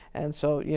and so, yeah